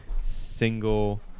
single